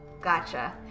gotcha